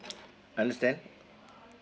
understand